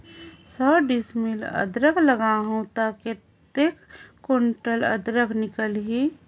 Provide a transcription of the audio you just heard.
सौ डिसमिल अदरक लगाहूं ता कतेक कुंटल अदरक निकल ही?